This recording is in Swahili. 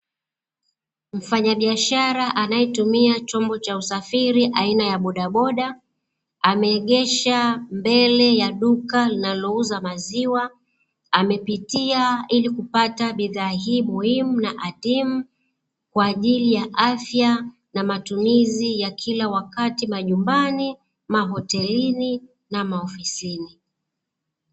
Mfanyabiashara anayetumia chombo cha usafiri aina ya bodaboda ameegesha mbele ya duka linalouza maziwa amepitia ilikupata bidhaa hi muhimu na adhimu kwajili ya afya na matumizi ya kila wakati majumbani, mahotelini na maofisini.